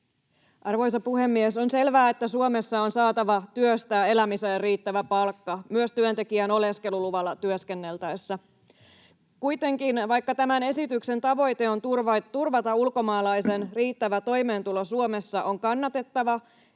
Arvoisa puhemies! On selvää, että Suomessa on saatava työstään elämiseen riittävä palkka myös työntekijän oleskeluluvalla työskenneltäessä. Vaikka tämän esityksen tavoite turvata ulkomaalaisen riittävä toimeentulo Suomessa on kannatettava,